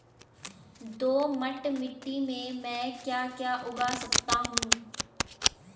दोमट मिट्टी में म ैं क्या क्या उगा सकता हूँ?